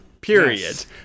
Period